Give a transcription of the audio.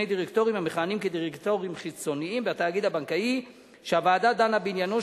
דירקטורים המכהנים כדירקטורים חיצוניים בתאגיד הבנקאי שהוועדה דנה בעניינו,